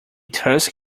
tusk